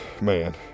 man